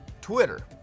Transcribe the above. Twitter